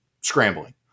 scrambling